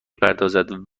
پردازد